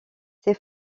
ses